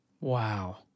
Wow